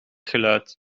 geluid